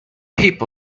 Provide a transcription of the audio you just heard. heap